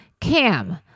Cam